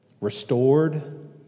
restored